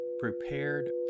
prepared